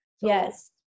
yes